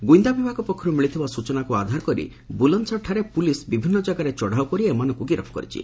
ଗୁଇନ୍ଦା ବିଭାଗ ପକ୍ଷରୁ ମିଳିଥିବା ସ୍ତଚନାକୁ ଆଧାର କରି ବୁଲନ୍ଦସରଠାରେ ପୁଲିସ୍ ବିଭିନ୍ନ ଯାଗାରେ ଚଢ଼ାଉ କରି ଏମାନଙ୍କୁ ଗିରଫ୍ କରିଛି